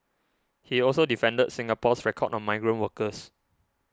he also defended Singapore's record on migrant workers